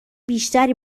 بیشتری